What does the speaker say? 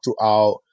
throughout